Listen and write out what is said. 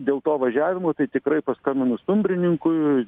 dėl to važiavimo tai tikrai paskambinus stumbrininkui